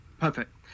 perfect